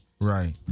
Right